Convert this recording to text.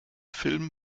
film